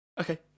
okay